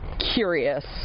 curious